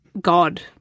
god